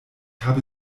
habe